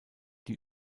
die